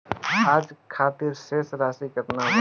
आज खातिर शेष राशि केतना बा?